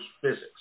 physics